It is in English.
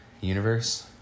universe